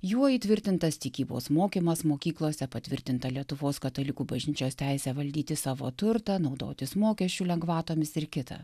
juo įtvirtintas tikybos mokymas mokyklose patvirtinta lietuvos katalikų bažnyčios teisę valdyti savo turtą naudotis mokesčių lengvatomis ir kita